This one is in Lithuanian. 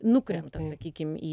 nukrenta sakykim į